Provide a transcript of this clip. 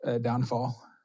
downfall